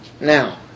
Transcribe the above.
Now